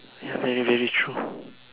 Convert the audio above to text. ya very very true